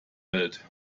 welt